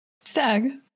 Stag